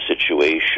situation